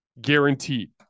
guaranteed